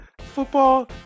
football